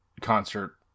concert